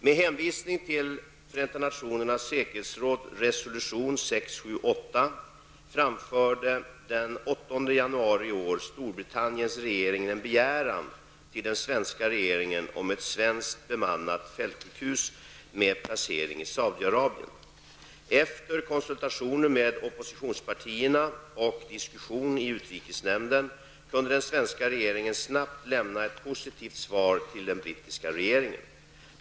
Med hänvisning till Förenta nationernas säkerhetsråds resolution 678 framförde den 8 januari i år Storbritanniens regering en begäran till den svenska regeringen om ett svenskt bemannat fältsjukhus med placering i Saudiarabien. Efter konsultationer med oppositionspartierna och diskussion i utrikesnämnden kunde den svenska regeringen snabbt lämna ett positivt svar till den brittiska regeringen.